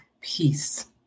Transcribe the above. peace